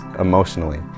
emotionally